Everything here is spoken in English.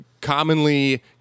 commonly